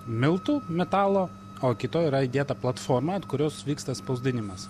miltų metalo o kitoj yra įdėta platforma ant kurios vyksta spausdinimas